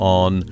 on